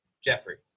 Jeffrey